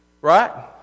Right